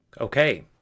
Okay